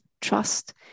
trust